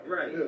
Right